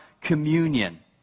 communion